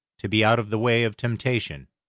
to be out of the way of temptation,